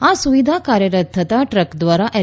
આ સુવિધા કાર્યરત થતા દ્રક દ્વારા એલ